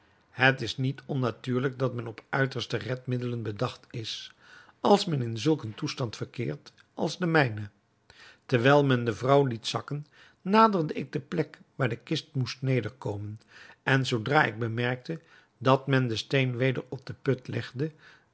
het is niet onnatuurlijk dat men op uiterste redmiddelen bedacht is als men in zulk een toestand verkeert als de mijne terwijl men de vrouw liet zakken naderde ik de plek waar de kist moest nederkomen en zoodra ik bemerkte dat men den steen weder op den put legde